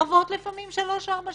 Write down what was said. עוברות לפעמים 4-3 שנים,